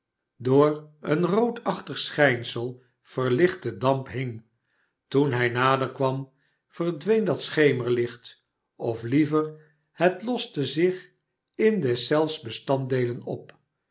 door een roodachtig schijnsel verlichte damp hing toen hij nader kwam verdween dat schemerlicht of liever het loste zich in deszelfs bestanddeelen op